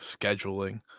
scheduling